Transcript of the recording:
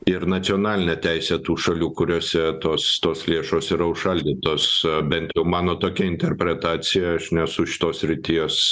ir nacionalinę teisę tų šalių kuriose tos tos lėšos yra užšaldytos bent jau mano tokia interpretacija aš nesu šitos srities